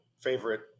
favorite